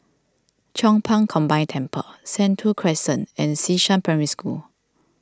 Chong Pang Combined Temple Sentul Crescent and Xishan Primary School